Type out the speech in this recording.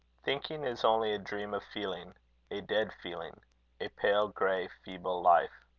thinking is only a dream of feeling a dead feeling a pale-grey, feeble life.